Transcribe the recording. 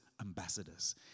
ambassadors